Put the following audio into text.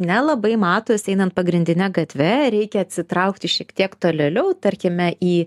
nelabai matosi einan pagrindine gatve reikia atsitraukti šiek tiek tolėliau tarkime į